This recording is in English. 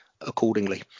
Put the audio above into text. accordingly